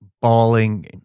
bawling